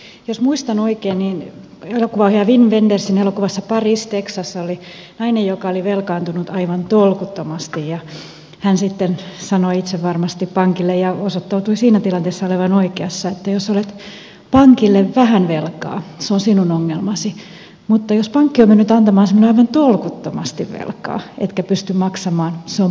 ensin jos muistan oikein niin elokuvaohjaaja wim wendersin elokuvassa paris texas oli nainen joka oli velkaantunut aivan tolkuttomasti ja hän sitten sanoi itsevarmasti pankille ja osoittautui siinä tilanteessa olevan oikeassa että jos olet pankille vähän velkaa se on sinun ongelmasi mutta jos pankki on mennyt antamaan sinulle aivan tolkuttomasti velkaa etkä pysty maksamaan se on pankin ongelma